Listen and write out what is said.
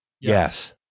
Yes